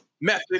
method